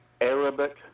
Arabic